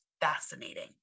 fascinating